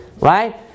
Right